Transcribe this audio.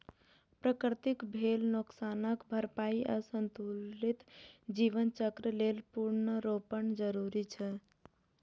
प्रकृतिक भेल नोकसानक भरपाइ आ संतुलित जीवन चक्र लेल पुनर्वनरोपण जरूरी छै